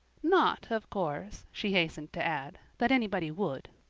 not, of course, she hastened to add, that anybody would.